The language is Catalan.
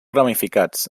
ramificats